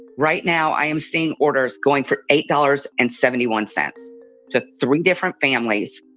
right now, i am seeing orders going for eight dollars and seventy one cents to three different families.